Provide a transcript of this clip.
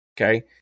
Okay